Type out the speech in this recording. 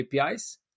APIs